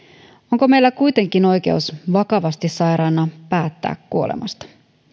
onko meillä kuitenkin oikeus vakavasti sairaana päättää kuolemasta